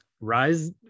Rise